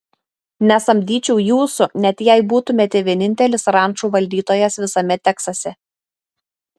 nesamdyčiau jūsų net jei būtumėte vienintelis rančų valdytojas visame teksase